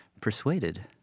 persuaded